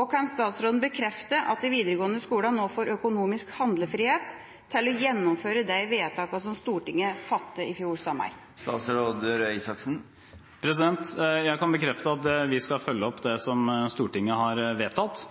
Og kan statsråden bekrefte at de videregående skolene nå får økonomisk handlefrihet til å gjennomføre de vedtakene som Stortinget fattet i fjor sommer? Jeg kan bekrefte at vi skal følge opp det som Stortinget har vedtatt.